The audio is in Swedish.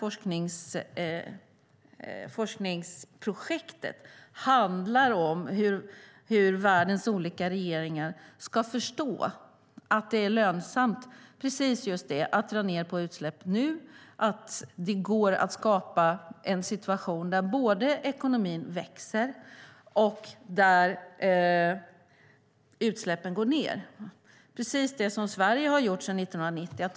Hela forskningsprojektet handlar om hur världens olika regeringar ska förstå att det är lönsamt att minska utsläppen nu, att det går att skapa en situation där både ekonomin växer och utsläppen minskar. Det är precis som det har varit i Sverige sedan 1990.